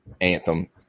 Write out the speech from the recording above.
Anthem